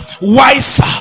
wiser